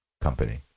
company